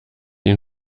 ihn